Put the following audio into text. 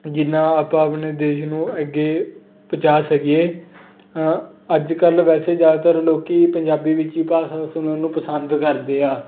ਜਿੰਨਾਂ ਆਪਾਂ ਆਪਣੇ ਦੇਸ਼ ਨੂੰ ਅੱਗੇ ਪਹੁੰਚਾ ਸਕੀਏ ਅੱਜ ਕੱਲ੍ਹ ਵੈਸੇ ਜ਼ਿਆਦਾਤਰ ਲੋਕ ਪੰਜਾਬੀ ਵਿੱਚ ਹੀ ਭਾਸ਼ਾ ਸੁਣਨ ਨੂੰ ਪਸੰਦ ਕਰਦੇ ਆ